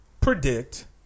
predict